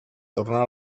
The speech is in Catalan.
tornar